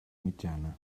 mitjana